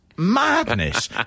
madness